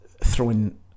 Throwing